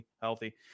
healthy